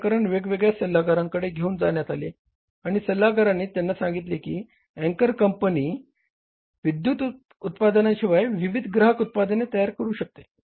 हे प्रकरण वेगवेगळ्या सल्लागारांकडे घेऊन जाण्यात आले आणि सल्लागारांनी त्यांना सांगितले की अँकर कंपनी विद्युत उत्पादनांशिवाय विविध ग्राहक उत्पादने तयार करु शकते